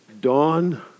Dawn